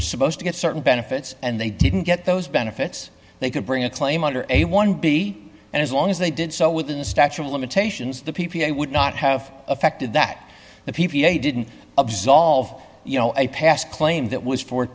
were supposed to get certain benefits and they didn't get those benefits they could bring a claim under a one b and as long as they did so within the statute of limitations the p p a would not have affected that the p p a didn't absolve you know i passed claim that was for